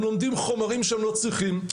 הם לומדים חומרים שהם לא צריכים,